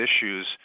issues